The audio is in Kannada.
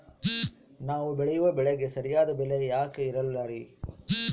ನಾವು ಬೆಳೆಯುವ ಬೆಳೆಗೆ ಸರಿಯಾದ ಬೆಲೆ ಯಾಕೆ ಇರಲ್ಲಾರಿ?